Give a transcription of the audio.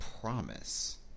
promise